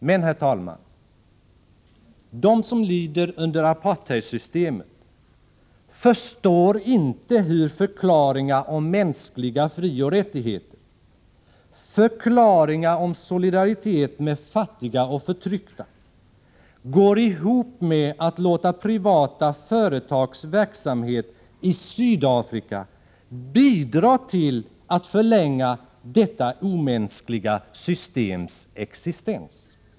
Men, herr talman, de som lider under apartheidsystemet förstår inte hur förklaringar om mänskliga frioch rättigheter, förklaringar om solidaritet med fattiga och förtryckta, går ihop med att låta privata företags verksamhet i Sydafrika bidra till att förlänga detta omänskliga systems existens.